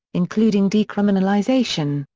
including decriminalization,